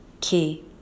Key